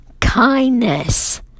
Kindness